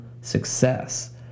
success